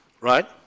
Right